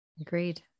Agreed